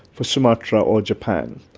for sumatra or japan.